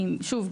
שוב,